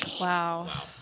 Wow